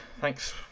thanks